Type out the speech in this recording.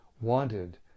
wanted